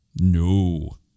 No